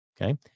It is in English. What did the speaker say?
Okay